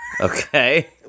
okay